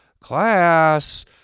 class